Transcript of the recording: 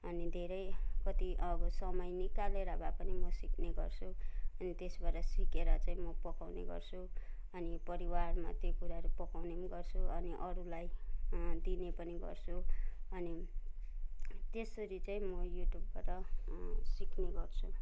अनि घेरै कति अब समय निकालेर भए पनि म सिक्ने गर्छु अनि त्यसबाट सिकेर चाहिँ म पकाउने गर्छु अनि परिवारमा त्यो कुराहरू पकाउने पनि गर्छु अनि अरूलाई दिने पनि गर्छु अनि त्यसरी चाहिँ म युट्युबबाट सिक्ने गर्छु